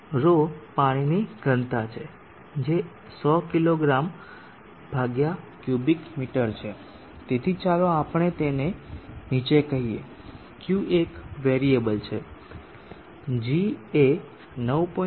𝜌 પાણીની ઘનતા છે જે 100 કિગ્રા ક્યુબિક મીટર છે તેથી ચાલો આપણે તેને નીચે કહીએ Q એક વેરીયેબલ છે g એ 9